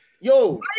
yo